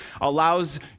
allows